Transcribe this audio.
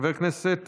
חבר הכנסת